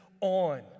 on